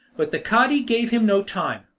but the cadi gave him no time.